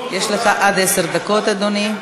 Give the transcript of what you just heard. יש לך עד עשר דקות, אדוני.